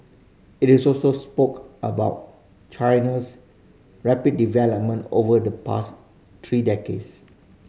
it is also spoke about China's rapid development over the past three decades